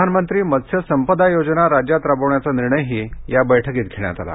प्रधानमंत्री मत्स्यसंपदा योजना राज्यात राबविण्याचा निर्णयही या बैठकीत घेण्यात आला